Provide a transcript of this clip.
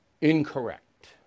incorrect